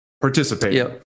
participate